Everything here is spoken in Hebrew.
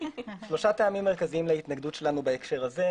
שלושה טעמים מרכזיים להתנגדות שלנו בהקשר הזה.